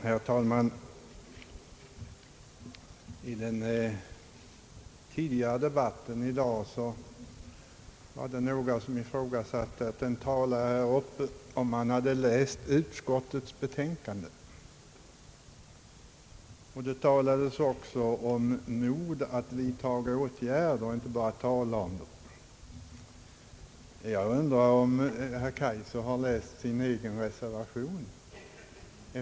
Herr talman! I debatten tidigare i dag ifrågasattes det om en av talarna hade läst utskottets betänkande. Det talades också om mod att vidta åtgärder och inte bara prata om dem. Jag undrar om herr Kaijser har läst sin egen reservation.